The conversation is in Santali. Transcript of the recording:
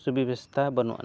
ᱥᱩ ᱵᱮᱵᱚᱥᱛᱷᱟ ᱵᱟᱹᱱᱩᱜ ᱟᱹᱱᱤᱡ